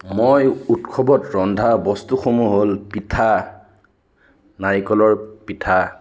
মই উৎসৱত ৰন্ধা বস্তুসমূহ হ'ল পিঠা নাৰিকলৰ পিঠা